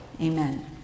amen